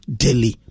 daily